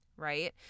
Right